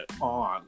on